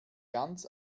ganz